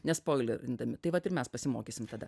nespoilindami tai vat ir mes pasimokysim tada